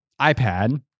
iPad